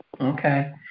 Okay